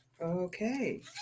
Okay